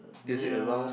near